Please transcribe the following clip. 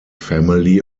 family